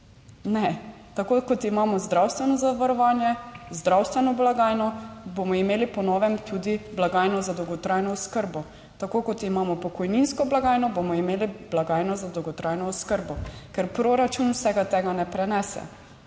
Ne. Tako kot imamo zdravstveno zavarovanje, zdravstveno blagajno, bomo imeli po novem tudi blagajno za dolgotrajno oskrbo. Tako kot imamo pokojninsko blagajno, bomo imeli blagajno za dolgotrajno oskrbo. Ker proračun vsega tega ne prenese.